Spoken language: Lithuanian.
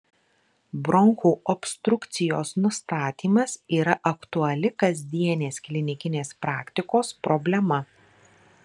bronchų obstrukcijos nustatymas yra aktuali kasdienės klinikinės praktikos problema